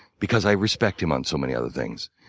because i respect him on so many other things.